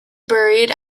buried